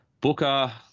Booker